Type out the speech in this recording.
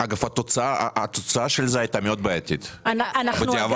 אגב, התוצאה של זה הייתה מאוד בעייתית, בדיעבד.